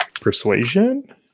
Persuasion